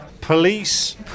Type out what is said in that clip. Police